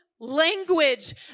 Language